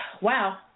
Wow